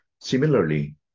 Similarly